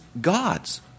God's